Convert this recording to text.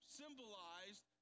symbolized